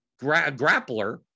grappler